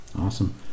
Awesome